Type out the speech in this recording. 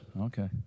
Okay